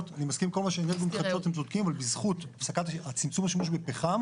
בזכות צמצום השימוש בפחם